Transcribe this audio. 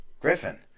Griffin